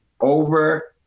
Over